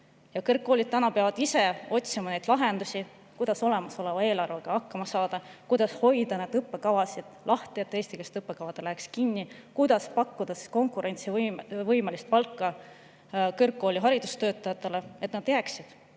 Kõrgkoolid peavad ise otsima lahendusi, kuidas olemasoleva eelarvega hakkama saada, kuidas hoida neid õppekavasid lahti, et eestikeelsed õppekavad ei läheks kinni, kuidas pakkuda konkurentsivõimelist palka kõrgkooli haridustöötajatele, et nad jääksid,